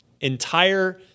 entire